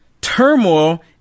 turmoil